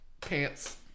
pants